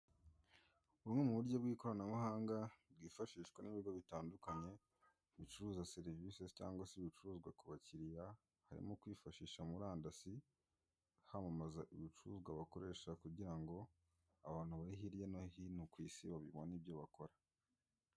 Bumwe mu buryo bw'ikoranabuhanga, bwifashishwa n'ibigo bitandukanye, bicuruza serivisi cyangwa se ibicuruzwa ku bakiriya, harimo kwifashisha murandasi, hamamaza ibicuruzwa bakoresha, kugira ngo abantu bari hirya no hino ku isi babibone ibyo bakora.